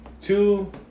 Two